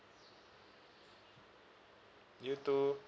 you too